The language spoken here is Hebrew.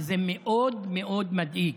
וזה מאוד מאוד מדאיג.